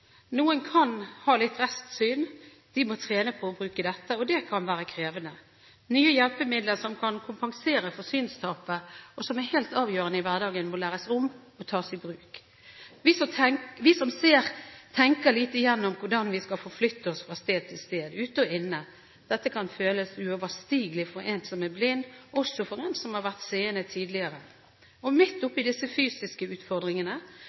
Noen kan ha restsyn. De må trene på å bruke dette, og det kan være krevende. Nye hjelpemidler som kan kompensere for synstapet, og som er helt avgjørende i hverdagen, må læres om og tas i bruk. Vi som ser, tenker lite igjennom hvordan vi skal forflytte oss fra sted til sted, ute og inne. Dette kan føles uoverstigelig for en som er blind, også for en som har vært seende tidligere. Midt oppe i disse fysiske utfordringene